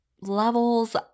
levels